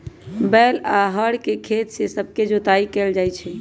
बैल आऽ हर से खेत सभके जोताइ कएल जाइ छइ